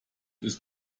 ist